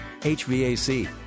hvac